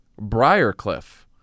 Briarcliff